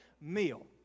meal